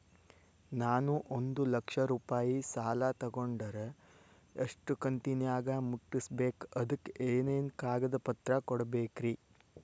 ನಾನು ಒಂದು ಲಕ್ಷ ರೂಪಾಯಿ ಸಾಲಾ ತೊಗಂಡರ ಎಷ್ಟ ಕಂತಿನ್ಯಾಗ ಮುಟ್ಟಸ್ಬೇಕ್, ಅದಕ್ ಏನೇನ್ ಕಾಗದ ಪತ್ರ ಕೊಡಬೇಕ್ರಿ?